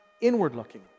inward-looking